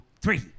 three